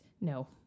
no